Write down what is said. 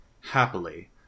Happily